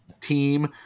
team –